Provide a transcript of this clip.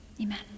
Amen